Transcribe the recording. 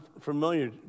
familiar